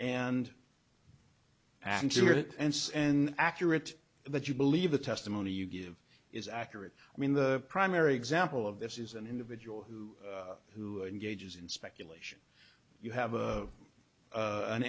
says an accurate but you believe the testimony you give is accurate i mean the primary example of this is an individual who who engages in speculation you have a